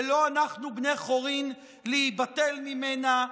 ולא אנחנו בני חורין ליבטל ממנה,